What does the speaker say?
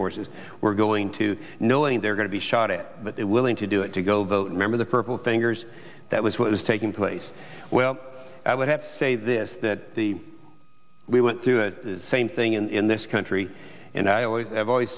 forces were going to knowing they're going to be shot it but it willing to do it to go vote remember the purple fingers that was what was taking place well i would have to say this that the we went through the same thing in this country and i always have always